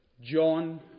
John